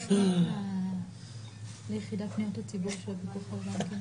ואני חושב שהעובדה הזו שאנחנו עוסקים בחוק עם כל כך הרבה לקונות,